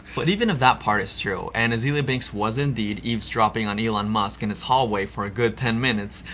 but even if that part is true and azealia banks was indeed eavesdropping on elon musk in his hallway for a good ten minutes,